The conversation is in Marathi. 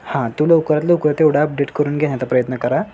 हां तो लवकरात लवकरात एवढा अपडेट करून घेण्याचा प्रयत्न करा